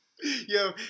Yo